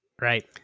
right